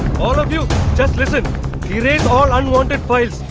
all of you just listen erase all unwanted files,